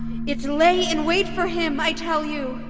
it lay in wait for him, i tell you